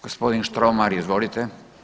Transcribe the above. Gospodin Štromar, izvolite.